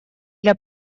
для